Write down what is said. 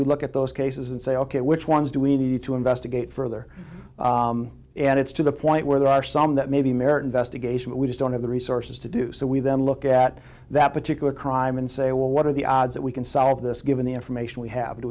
we look at those cases and say ok which ones do we need to investigate further and it's to the point where there are some that maybe merit investigation we just don't have the resources to do so we then look at that particular crime and say well what are the odds that we can solve this given the information we have do